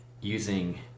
using